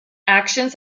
actions